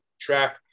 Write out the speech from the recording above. track